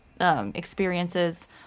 experiences